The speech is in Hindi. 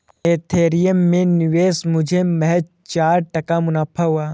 एथेरियम में निवेश मुझे महज चार टका मुनाफा हुआ